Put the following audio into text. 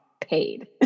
paid